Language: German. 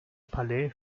palais